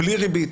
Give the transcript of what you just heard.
בלי ריבית,